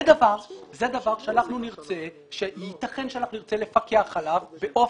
זה דבר שיתכן שנרצה לפקח עליו.